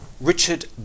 Richard